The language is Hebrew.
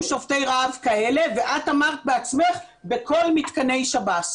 שובתי רעב כאלה ואת בעצמך אמרת שכך זה בכל מתקני שב"ס.